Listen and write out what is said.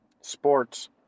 sports